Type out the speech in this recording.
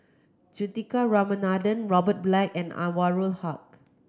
Juthika Ramanathan Robert Black and Anwarul Haque